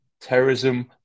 terrorism